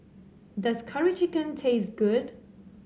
does Curry Chicken taste good